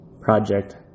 Project